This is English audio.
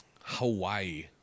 hawaii